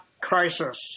crisis